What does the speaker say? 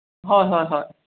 ꯍꯣꯏ ꯍꯣꯏ ꯍꯣꯏ